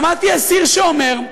שמעתי אסיר שאומר: